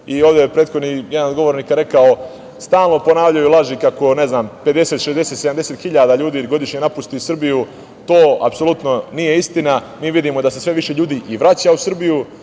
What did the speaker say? smeru. Ovde je prethodni jedan od govornika rekao - stalno ponavljaju lažu kako, ne znam, 50, 60, 70 hiljada ljudi godišnje napusti Srbiju. To apsolutno nije istina. Mi vidimo da se sve više ljudi i vraća u Srbiju.